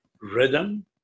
rhythm